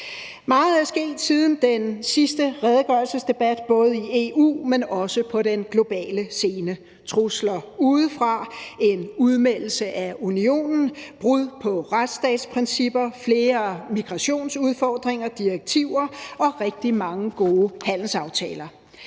Meget er sket siden den sidste redegørelsesdebat, både i EU, men også på den globale scene: trusler udefra, en udmeldelse af unionen, brud på retsstatsprincipper, flere migrationsudfordringer, direktiver og rigtig mange gode handelsaftaler.